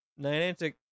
Niantic